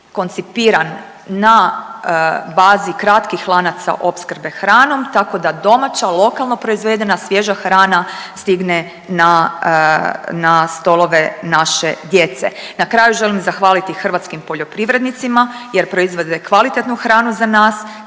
koncipiran na bazi kratkih lanaca opskrbe hranom, tako da domaća lokalno proizvedena svježa hrana stigne na stolove naše djece. Na kraju želim zahvaliti hrvatskim poljoprivrednicima jer proizvode kvalitetnu hranu za nas,